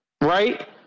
right